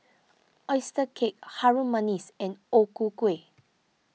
Oyster Cake Harum Manis and O Ku Kueh